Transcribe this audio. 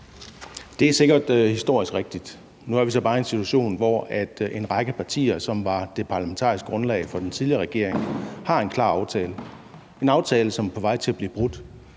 Det er sikkert historisk rigtigt. Nu er vi så bare i en situation, hvor en række partier, som var det parlamentariske grundlag for den tidligere regering, har en klar aftale. Det er en aftale, som er på vej til at blive brudt,